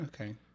okay